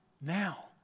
now